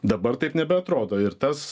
dabar taip nebeatrodo ir tas